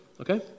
Okay